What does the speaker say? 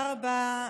תודה רבה,